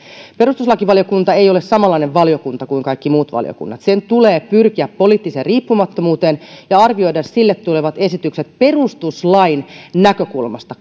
perustuslakivaliokunta ei ole samanlainen valiokunta kuin kaikki muut valiokunnat sen tulee pyrkiä poliittiseen riippumattomuuteen ja arvioida sille tulevat esitykset perustuslain näkökulmasta